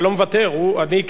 אני קראתי בשמו,